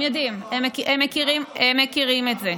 הם יודעים, הם מכירים את זה.